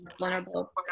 vulnerable